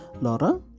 Laura